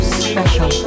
special